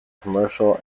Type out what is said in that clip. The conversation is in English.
commercial